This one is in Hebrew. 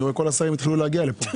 אני רואה שכל השרים התחילו להגיע לכאן.